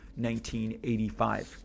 1985